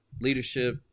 leadership